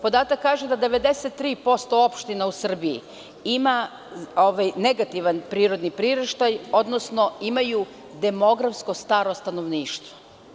Podatak kaže da 93% opština u Srbiji ima negativan prirodni priraštaj, odnosno imaju demografski staro stanovništvo.